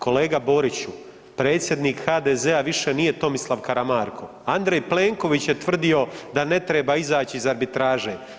Kolega Boriću, predsjednik HDZ-a više nije Tomislav Karamarko, Andrej Plenković je tvrdio da ne treba izaći iz arbitraže.